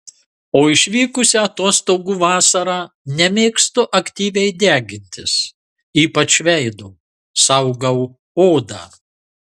o išvykusi atostogų vasarą nemėgstu aktyviai degintis ypač veido saugau odą